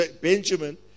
Benjamin